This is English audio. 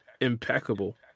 impeccable